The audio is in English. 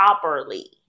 properly